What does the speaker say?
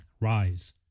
Rise